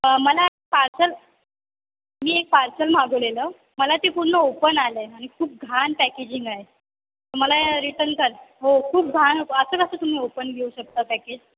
मला पार्सल मी एक पार्सल मागवलेलं मला ते पूर्ण ओपन आलं आहे आणि खूप घाण पॅकेजिंग आहे मला हे रिटन कर हो खूप घाण होतं असं कसं तुम्ही ओपन घेऊ शकता पॅकेज